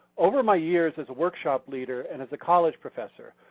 over my years as a workshop leader and as a college professor,